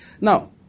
Now